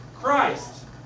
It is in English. christ